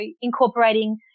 incorporating